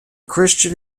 christian